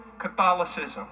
Catholicism